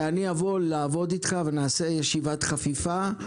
ואני אבוא לעבוד איתך ונעשה ישיבת חפיפה.